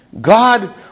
God